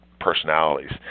personalities